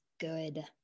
good